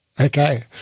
Okay